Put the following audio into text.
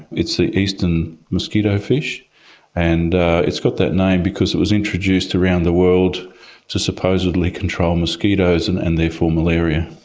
it's the eastern mosquitofish and it's got that name because it was introduced around the world to supposedly control mosquitoes and and therefore malaria.